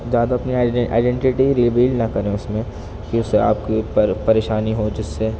زیادہ اپنی آئیڈنٹیٹی ریبیل نہ کریں اس میں کہ اس سے آپ کی پریشانی ہو جس سے